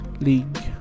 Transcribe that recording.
league